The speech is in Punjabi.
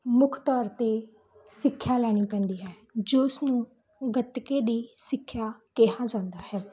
ਮੁੱਖ ਤੌਰ 'ਤੇ ਸਿੱਖਿਆ ਲੈਣੀ ਪੈਂਦੀ ਹੈ ਜਿਸ ਨੂੰ ਗੱਤਕੇ ਦੀ ਸਿੱਖਿਆ ਕਿਹਾ ਜਾਂਦਾ ਹੈ